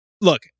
Look